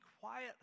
quiet